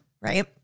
Right